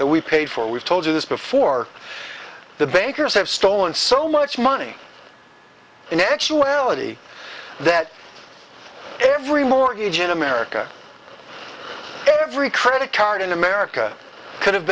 that we paid for we've told you this before the bankers have stolen so much money in actuality that every mortgage in america every credit card in america could have